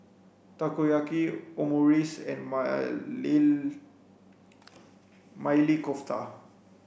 Takoyaki Omurice and Maili Kofta